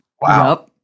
Wow